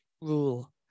rule